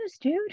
dude